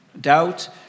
Doubt